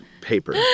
Paper